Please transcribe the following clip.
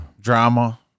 drama